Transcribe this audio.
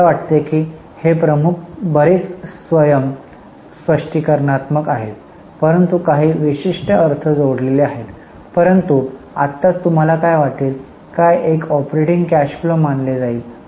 मला वाटते की हे प्रमुख बरेच स्वयं स्पष्टीकरणात्मक आहेत परंतु काही विशिष्ट अर्थ जोडलेले आहेत परंतु आत्ताच तुम्हाला काय वाटेल काय एक ऑपरेटिंग कॅश फ्लो मानले जाईल